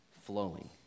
flowing